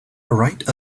right